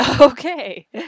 okay